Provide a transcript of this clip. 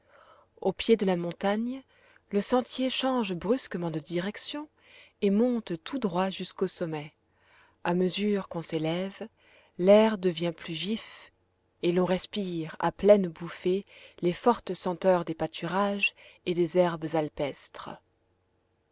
au pied de la montagne le sentier change brusquement de direction et monte tout droit jusqu'au sommet à mesure qu'on s'élève l'air devient plus vif et l'on respire à pleines bouffées les fortes senteurs des pâturages et des herbes alpestres